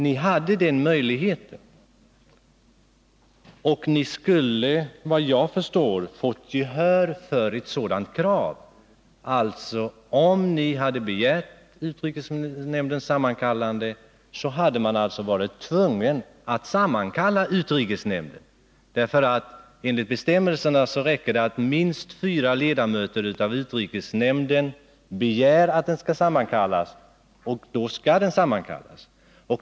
Ni hade den möjligheten, och ni skulle enligt vad jag förstår ha fått gehör för ett sådant krav. Om ni hade begärt utrikesnämndens sammankallande, hade man varit tvungen att sammankalla den, för enligt bestämmelserna räcker det att minst fyra ledamöter av utrikesnämnden begär detta för att den skall sammankallas.